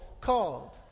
called